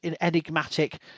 enigmatic